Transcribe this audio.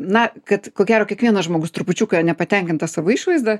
na kad ko gero kiekvienas žmogus trupučiuką nepatenkintas savo išvaizda